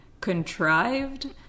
contrived